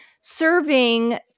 serving